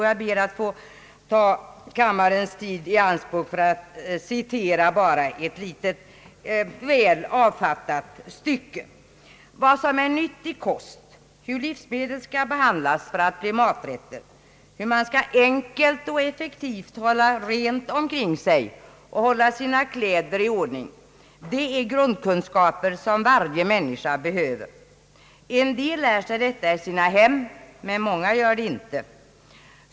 Jag ber att få ta kammarens tid i anspråk för att citera ett litet väl avfattat stycke. » Vad som är en nyttig kost, hur livsmedel ska behandlas för att bli maträtter, hur man ska enkelt och effektivt hålla rent omkring sig och hålla sina kläder i ordning, det är grundkunskaper som var människa behöver. En del lär sig detta i sina hem, många gör det inte.